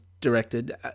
directed